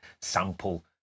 sample